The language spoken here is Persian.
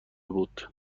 بود